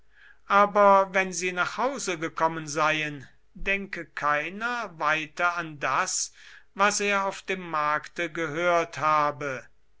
aber wenn sie nach hause gekommen seien denke keiner weiter an das was er auf dem markte gehört habe